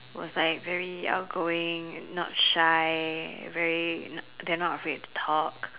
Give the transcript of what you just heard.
was like very outgoing not shy very they're not afraid to talk